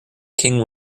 king